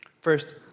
First